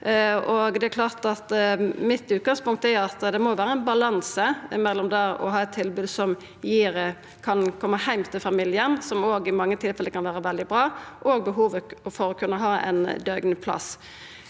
Mitt utgangspunkt er at det må vera ein balanse mellom det å ha eit tilbod som kan koma heim til familiane, som òg i mange tilfelle kan vera veldig bra, og behovet for å kunna ha ein døgnplass.